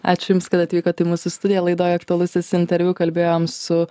ačiū jums kad atvykot į mūsų studiją laidoj aktualusis interviu kalbėjom su